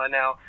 now